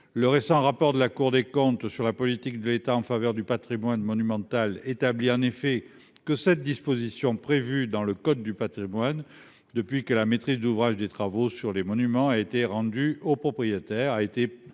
le récent rapport de la Cour des comptes sur la politique de l'État en faveur du Patrimoine monumental établi en effet que cette disposition prévue dans le code du Patrimoine depuis que la maîtrise d'ouvrage des travaux sur les monuments a été rendu au propriétaire, a été très